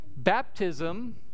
baptism